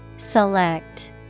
Select